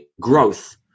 growth